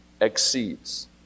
Exceeds